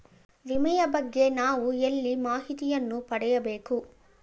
ವಿಮೆಯ ಬಗ್ಗೆ ನಾವು ಎಲ್ಲಿ ಮಾಹಿತಿಯನ್ನು ಪಡೆಯಬೇಕು?